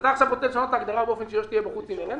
אתה רוצה עכשיו לשנות את ההגדרה הזאת כדי שיו"ש תהיה בחוץ אינהרנטית?